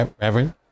Reverend